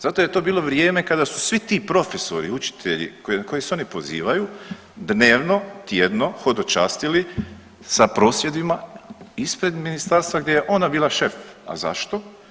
Zato jer je to bilo vrijeme kada su svi ti profesori, učitelji, na koji se oni pozivaju dnevno, tjedno hodočastili sa prosvjedima ispred ministarstva gdje je ona bila šef, a zašto?